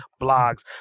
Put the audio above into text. blogs